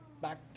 back